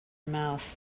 mouth